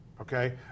Okay